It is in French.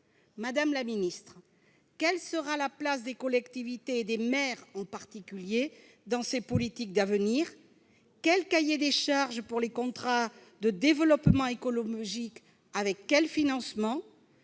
Madame la ministre, quelle sera la place des collectivités, en particulier des maires, dans ces politiques d'avenir ? Quel cahier des charges pour les contrats de développement écologique, avec quels financements ?